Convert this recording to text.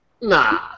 Nah